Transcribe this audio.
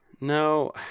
No